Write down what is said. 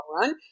run